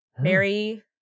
Mary